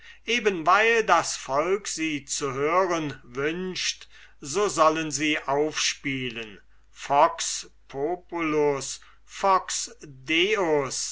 eben weil das volk sie zu hören wünscht so sollen sie aufspielen fox pobulus